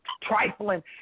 trifling